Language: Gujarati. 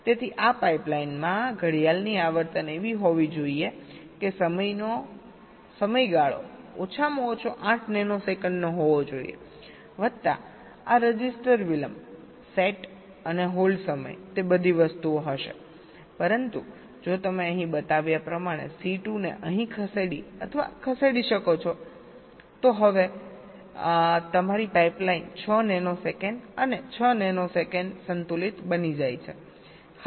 તેથી આ પાઇપલાઇન માં ઘડિયાળની આવર્તન એવી હોવી જોઈએ કે સમયનો સમયગાળો ઓછામાં ઓછો 8 નેનો સેકન્ડનો હોવો જોઈએ વત્તા આ રજિસ્ટર વિલંબ સેટ અને હોલ્ડ સમય તે બધી વસ્તુઓ હશેપરંતુ જો તમે અહીં બતાવ્યા પ્રમાણે C2 ને અહીં અથવા અહીં ખસેડી શકો છો તો હવે તમારી પાઇપલાઇન 6 નેનો સેકન્ડ અને 6 નેનો સેકન્ડ સંતુલિત બની જાય છે